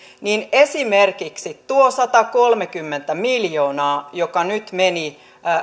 niin esimerkiksi tuo satakolmekymmentä miljoonaa joka nyt meni